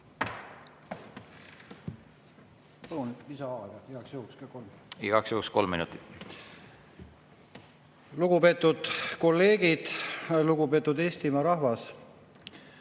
Lugupeetud kolleegid! Lugupeetud Eestimaa rahvas!